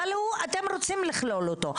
אבל אתם רוצים לכלול אותו.